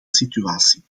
situatie